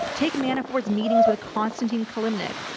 take manafort's meetings with konstantin kilimnik,